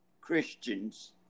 Christians